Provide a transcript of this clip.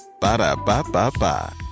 Ba-da-ba-ba-ba